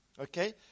Okay